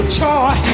toy